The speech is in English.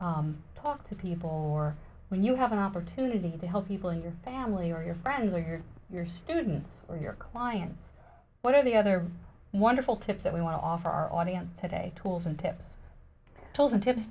talk to people or when you have an opportunity to help people in your family or your friends or your your students or your client what are the other wonderful tips that we want to offer our audience today tools and tips told